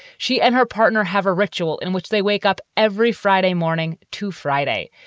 she and her partner have a ritual in which they wake up every friday morning to friday.